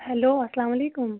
hello اسلام علیکُم